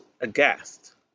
aghast